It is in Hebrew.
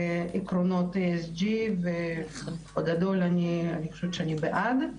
עקרונות ESG ובגדול אני חושבת שאני בעד.